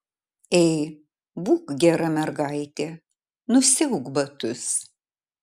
ei būk gera mergaitė nusiauk batus